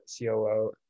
coo